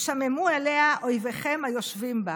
ושממו עליה אֹיביכם היֹּשבים בה".